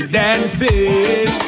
dancing